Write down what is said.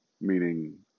Meaning